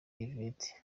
yvette